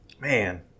Man